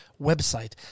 website